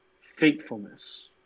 faithfulness